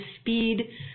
speed